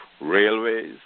railways